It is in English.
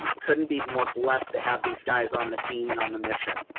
and couldn't be more blessed to have these guys on the team and on the mission.